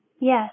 Yes